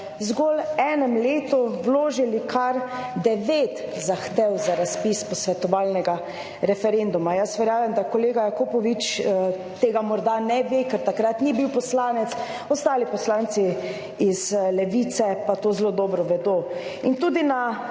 zgolj enem letu vložili kar 9 zahtev za razpis posvetovalnega referenduma. Jaz verjamem, da kolega Jakopovič tega morda ne ve, ker takrat ni bil poslanec, ostali poslanci iz Levice pa to zelo dobro vedo. In tudi na